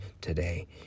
today